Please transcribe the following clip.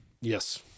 Yes